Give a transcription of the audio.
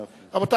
רבותי,